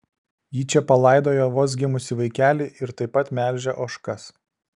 ji čia palaidojo vos gimusį vaikelį ir taip pat melžia ožkas